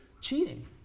cheating